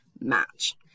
match